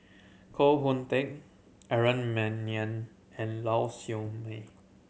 Koh Hoon Teck Aaron Maniam and Lau Siew Mei